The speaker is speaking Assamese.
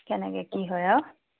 কেনেকে কি হয় আৰু